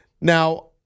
Now